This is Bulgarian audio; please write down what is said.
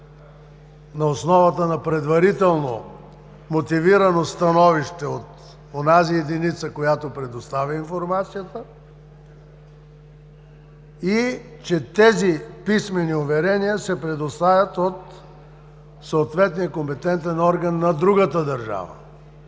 на основата на предварително, мотивирано становище от онази единица, която предоставя информацията, и че тези писмени уверения се предоставят от съответния компетентен орган на другата държава.